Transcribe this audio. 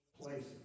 places